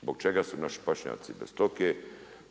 Zbog čega su naši pašnjaci bez stoke,